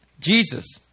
Jesus